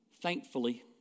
Thankfully